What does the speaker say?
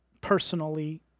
personally